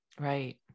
Right